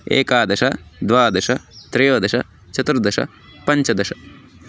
एकादश द्वादश त्रयोदश चतुर्दश पञ्चदश